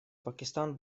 пакистан